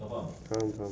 faham faham